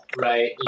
right